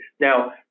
Now